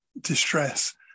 distress